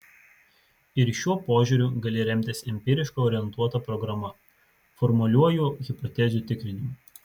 ir šiuo požiūriu gali remtis empiriškai orientuota programa formaliuoju hipotezių tikrinimu